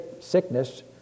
sickness